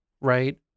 right